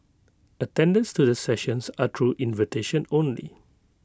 attendance to the sessions are crew invitation only